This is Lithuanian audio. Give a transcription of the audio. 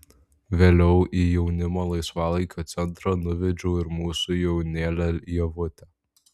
vėliau į jaunimo laisvalaikio centrą nuvedžiau ir mūsų jaunėlę ievutę